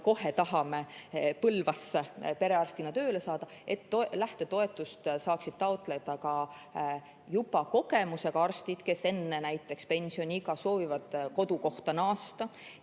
kohe tahame Põlvasse perearstina tööle saada. Lähtetoetust saavad taotleda ka juba kogemusega arstid, kes näiteks enne pensioniiga soovivad kodukohta naasta.